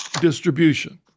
distribution